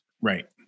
Right